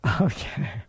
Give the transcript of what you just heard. Okay